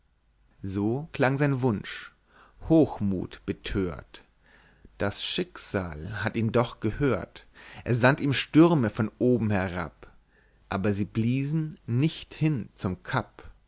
so klang sein wunsch hochmuthbethört das schicksal hatt ihn doch gehört es sandt ihm stürme von oben herab aber sie bliesen nicht hin zum cap